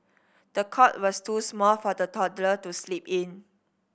the cot was too small for the toddler to sleep in